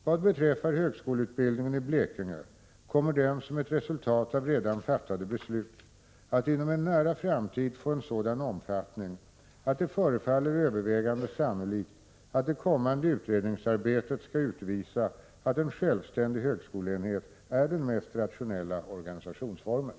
Vad beträffar högskoleutbildningen i Blekinge kommer den som ett resultat av redan fattade beslut inom en nära framtid få en sådan omfattning, att det förefaller övervägande sannolikt att det kommande utredningsarbetet skall utvisa att en självständig högskoleenhet är den mest rationella organisationsformen.